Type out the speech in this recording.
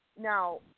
now